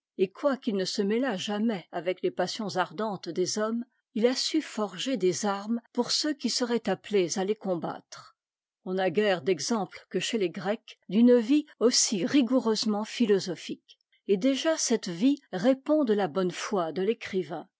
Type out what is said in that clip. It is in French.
et quoiqu'il ne se mê at jamais avec les passions ardentes des hommes il a su forger des armes pour ceux qui seraient appelés à tes combattre on n'a guère d'exemple que chez les grecs d'une vie aussi rigoureusement philosophique et déjà cette vie répond de la bonne foi de l'écrivain